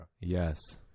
Yes